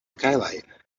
skylight